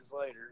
later